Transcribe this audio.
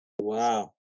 Wow